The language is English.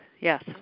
yes